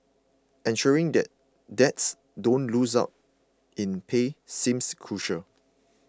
ensuring that dads don't lose out in pay seems crucial